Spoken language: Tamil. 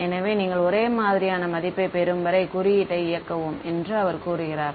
எனவே நீங்கள் ஒரே மாதிரியான மதிப்பைப் பெறும் வரை குறியீட்டை இயக்கவும் என்று அவர் கூறுகிறார்